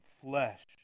flesh